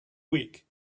week